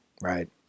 Right